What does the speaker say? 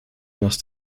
lost